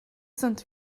sind